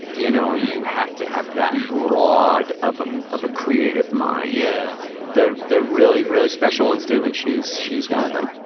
you know? and you have to have that broad of ah of a creative mind yeah the the really, really special ones do. and she's she's one of them